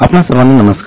आपणा सर्वांना नमस्कार